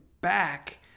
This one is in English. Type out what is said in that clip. back